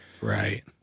Right